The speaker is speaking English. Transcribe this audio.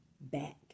back